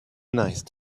nice